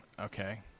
Okay